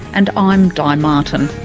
and ah i'm di martin